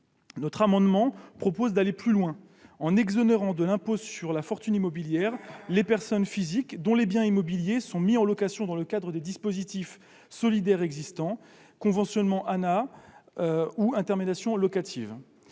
cet amendement, nous proposons d'aller plus loin, en exonérant de l'impôt sur la fortune immobilière- l'IFI -les personnes physiques dont les biens immobiliers sont mis en location dans le cadre des dispositifs solidaires existants : conventionnement avec l'ANAH ou intermédiation locative.